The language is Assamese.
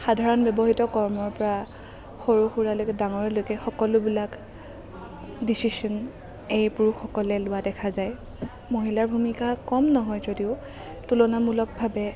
সাধাৰণ ব্যৱহৃত কৰ্মৰপৰা সৰু সুৰালৈকে ডাঙৰলৈকে সকলোবিলাক দিচিছন এই পুৰুষসকলে লোৱা দেখা যায় মহিলাৰ ভূমিকা কম নহয় যদিও তুলনামূলকভাৱে